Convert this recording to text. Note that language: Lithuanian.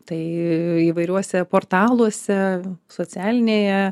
tai įvairiuose portaluose socialinėje